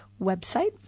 website